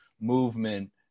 movement